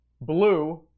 blue